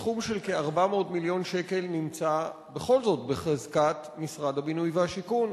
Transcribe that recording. סכום של כ-400 מיליון שקל נמצא בכל זאת בחזקת משרד הבינוי והשיכון,